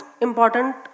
important